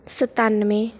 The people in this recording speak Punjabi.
ਸਤਾਨਵੇਂ